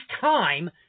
time